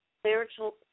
spiritual